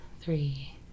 three